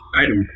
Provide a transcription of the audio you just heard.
item